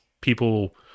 people